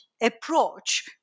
approach